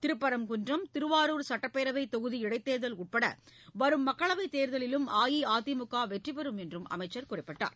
திருப்பரங்குன்றம் திருவாரூர் சுட்டப்பேரவைத் தொகுதி இடைத்தேர்தல் உட்பட வரும் மக்களவைத் தேர்தலிலும் அஇஅதிமுக வெற்றிபெறும் என்றும் அவர் அப்போது கூறினார்